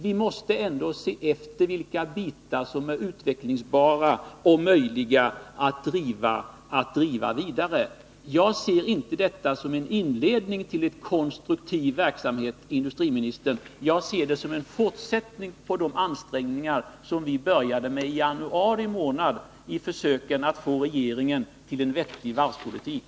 Vi måste se efter vilka delar som är utvecklingsbara och möjliga att driva vidare. Jag ser inte detta som en inledning till en konstruktiv verksamhet, industriministern. Jag ser det som en fortsättning på de ansträngningar som vi började i januari månad i försöken att få regeringen att driva en vettig varvspolitik.